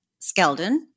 Skeldon